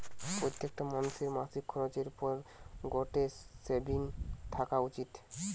প্রত্যেকটা মানুষের মাসিক খরচের পর গটে সেভিংস থাকা উচিত